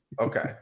Okay